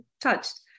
touched